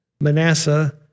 Manasseh